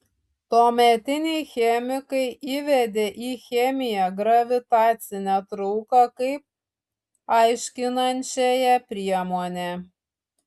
tuometiniai chemikai įvedė į chemiją gravitacinę trauką kaip aiškinančiąją priemonę